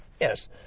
yes